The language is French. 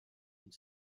une